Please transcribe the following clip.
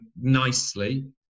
nicely